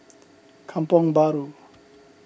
Kampong Bahru